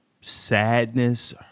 sadness